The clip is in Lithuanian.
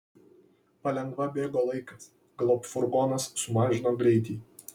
palengva bėgo laikas galop furgonas sumažino greitį